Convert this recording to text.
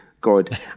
God